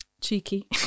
cheeky